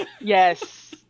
Yes